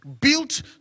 built